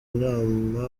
inama